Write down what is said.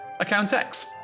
@accountx